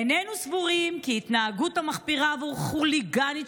היננו סבורים כי התנהגות מחפירה וחוליגנית